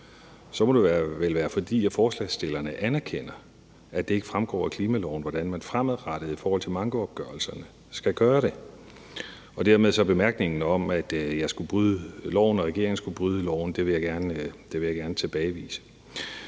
må det vel være, fordi forslagsstillerne anerkender, at det ikke fremgår af klimaloven, hvordan man fremadrettet i forhold til mankoopgørelserne skal gøre det. Dermed vil jeg gerne tilbagevise bemærkningen om, at jeg og regeringen skulle bryde loven. Når man så kigger